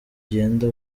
ugenda